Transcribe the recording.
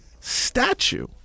statue